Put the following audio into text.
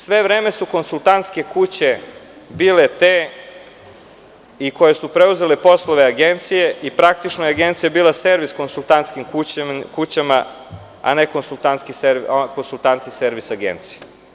Sve vreme su konsultantske kuće bile te koje su preuzele poslove Agencije i praktično je Agencija bila servis konsultantskim kućama, a ne konsultani servis Agencije.